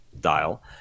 dial